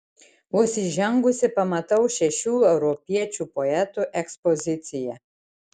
vos įžengusi pamatau šešių europiečių poetų ekspoziciją